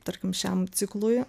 tarkim šiam ciklui